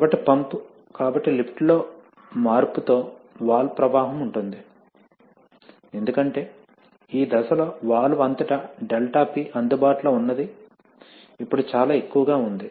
కాబట్టి పంపు కాబట్టి లిఫ్ట్లో మార్పుతో వాల్వ్ ప్రవాహం ఉంటుంది ఎందుకంటే ఈ దశలో వాల్వ్ అంతటా ∆P అందుబాటులో ఉన్నది ఇప్పుడు చాలా ఎక్కువగా ఉంది